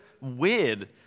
weird